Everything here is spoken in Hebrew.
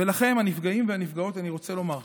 ולכם, הנפגעים והנפגעות, אני רוצה לומר,